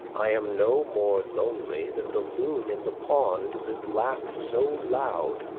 i am no more lonely than the loon in the pond that laughs so loud,